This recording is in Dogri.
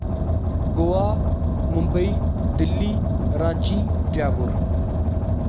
गोवा मुंबेई दिल्ली रांची जयपुर